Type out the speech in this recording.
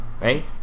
right